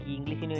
English